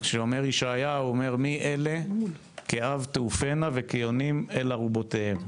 ישעיהו אומר: "מי אלה כעב תעופנה וכיונים אל ארובותיהן".